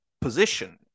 position